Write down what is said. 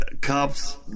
cops